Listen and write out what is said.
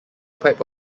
pipe